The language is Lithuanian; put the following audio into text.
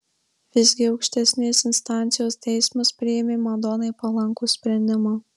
visgi aukštesnės instancijos teismas priėmė madonai palankų sprendimą